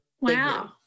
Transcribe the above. Wow